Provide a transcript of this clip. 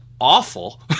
awful